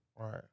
Right